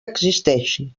existeixi